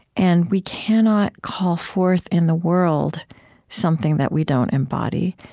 and we cannot call forth in the world something that we don't embody.